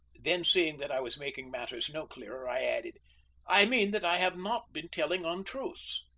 then, seeing that i was making matters no clearer, i added i mean that i have not been telling untruths.